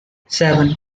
seven